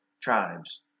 tribes